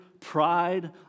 pride